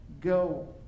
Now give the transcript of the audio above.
go